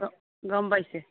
গম পাইছে